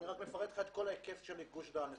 אני מפרט את ההיקף של גוש דן.